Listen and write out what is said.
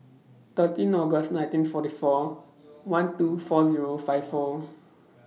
thirteen August nineteen forty four one two four Zero five four